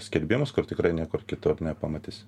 skelbimus kur tikrai niekur kitur nepamatysi